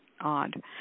odd